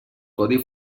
codi